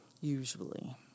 usually